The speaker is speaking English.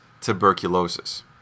tuberculosis